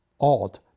odd